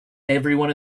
everyone